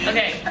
Okay